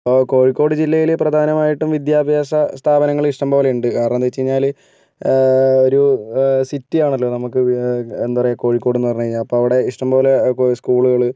ഇപ്പം കോഴിക്കോട് ജില്ലയിൽ പ്രധാനമായിട്ടും വിദ്യാഭ്യാസ സ്ഥാപനങ്ങൾ ഇഷ്ടം പോലെ ഉണ്ട് കാരണമെന്താണെന്ന് വെച്ച് കഴിഞ്ഞാൽ ഒരു സിറ്റി ആണല്ലോ നമുക്ക് എന്താ പറയുക കോഴിക്കോടെന്ന് പറഞ്ഞുകഴിഞ്ഞാൽ അപ്പോൾ അവിടെ ഇഷ്ടം പോലെ സ്കൂളുകൾ